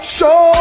Show